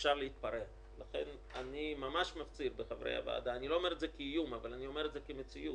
ולכן גם הממשלה בחרה כמובן באישור ובהסכמה